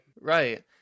Right